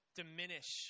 diminish